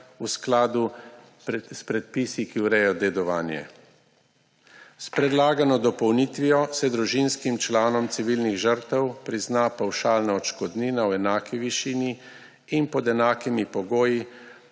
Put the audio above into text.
v skladu s predpisi, ki urejajo dedovanje. S predlagano dopolnitvijo se družinskim članom civilnih žrtev prizna pavšalna odškodnina v enaki višini in pod enakimi pogoji